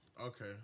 Okay